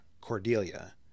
Cordelia